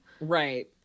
Right